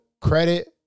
credit